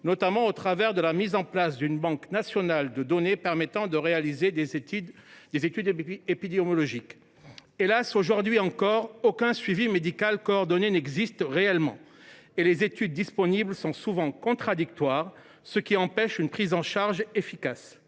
notamment par la mise en place d’une banque nationale de données permettant de réaliser des études épidémiologiques. Hélas, aujourd’hui encore, aucun réel suivi médical coordonné n’existe et les études disponibles sont souvent contradictoires, ce qui empêche une prise en charge efficace.